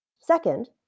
Second